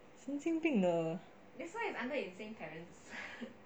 神经病的